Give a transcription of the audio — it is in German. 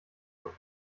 und